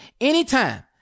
anytime